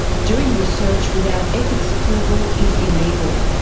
doing research without ethics approval is illegal.